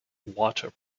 water